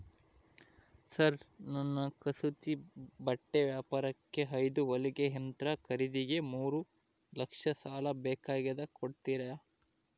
Sir ನನ್ನ ಕಸೂತಿ ಬಟ್ಟೆ ವ್ಯಾಪಾರಕ್ಕೆ ಐದು ಹೊಲಿಗೆ ಯಂತ್ರ ಖರೇದಿಗೆ ಮೂರು ಲಕ್ಷ ಸಾಲ ಬೇಕಾಗ್ಯದ ಕೊಡುತ್ತೇರಾ?